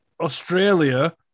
Australia